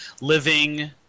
living –